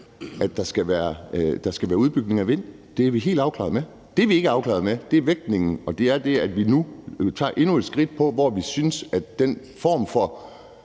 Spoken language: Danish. at der skal være udbygning af vindenergi; det er vi helt afklarede med. Det, vi ikke er afklarede med, er vægtningen og det, at vi nu tager endnu et skridt i udbygning af VE-anlæg i